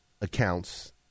accounts